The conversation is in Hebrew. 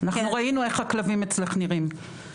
כן, ראינו איך הכלבים אצלך נראים.